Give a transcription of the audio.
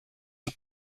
wie